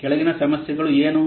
ಕೆಳಗಿನ ಸಮಸ್ಯೆಗಳು ಏನು